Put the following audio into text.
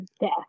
death